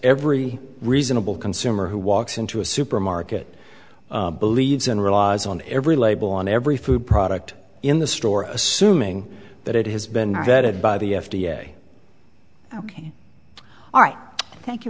every reasonable consumer who walks into a supermarket believes and relies on every label on every food product in the store assuming that it has been vetted by the f d a ok all right thank you